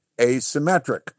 asymmetric